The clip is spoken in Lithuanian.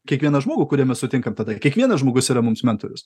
kiekvieną žmogų kurį mes sutinkam tada kiekvienas žmogus yra mums mentorius